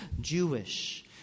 Jewish